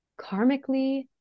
karmically